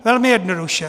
Velmi jednoduše.